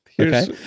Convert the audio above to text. Okay